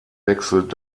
wechselt